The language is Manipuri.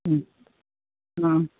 ꯎꯝ ꯑꯥ